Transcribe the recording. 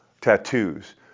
Tattoos